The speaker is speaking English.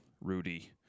Rudy